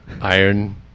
iron